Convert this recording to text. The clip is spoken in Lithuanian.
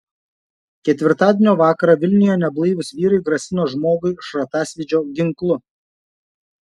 ketvirtadienio vakarą vilniuje neblaivūs vyrai grasino žmogui šratasvydžio ginklu